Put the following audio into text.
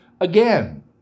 again